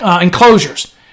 enclosures